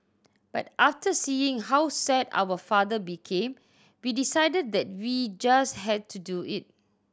but after seeing how sad our father became we decided that we just had to do it